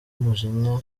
umujinya